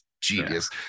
genius